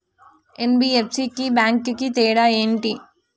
NBFC కి bank కి తేడా ఏంటి?